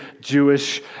Jewish